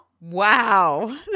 Wow